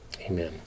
Amen